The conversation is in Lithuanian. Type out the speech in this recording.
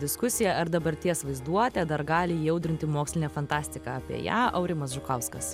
diskusija ar dabarties vaizduotę dar gali įaudrinti mokslinė fantastika apie ją aurimas žukauskas